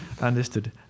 understood